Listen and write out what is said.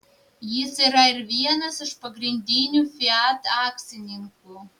jis yra ir vienas iš pagrindinių fiat akcininkų